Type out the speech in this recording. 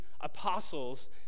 apostles